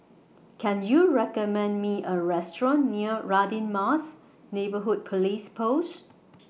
Can YOU recommend Me A Restaurant near Radin Mas Neighbourhood Police Post